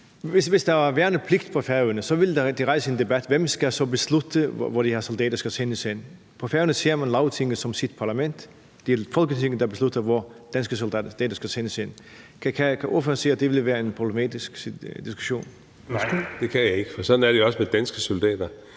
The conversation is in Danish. Hvis der var værnepligt på Færøerne, ville det rejse en debat om, hvem der så skal beslutte, hvor de her soldater skal sendes hen. På Færøerne ser man Lagtinget som sit parlament. Det er Folketinget, der beslutter, hvor danske soldater skal sendes hen. Kan ordføreren se, at det kan være en problematisk diskussion? Kl. 13:34 Fjerde næstformand (Rasmus Helveg